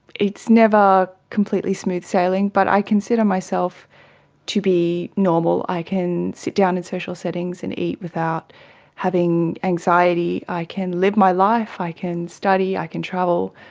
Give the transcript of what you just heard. it's never completely smooth sailing but i consider myself to be normal. i can sit down in social settings and eat without having anxiety. i can live my life, i can study, i can travel.